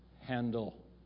handle